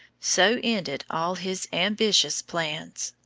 so ended all his ambitious plans.